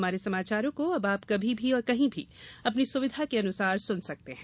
हमारे समाचारों को अब आप कभी भी और कहीं भी अपनी सुविधा के अनुसार सुन सकते हैं